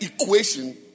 equation